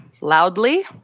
Loudly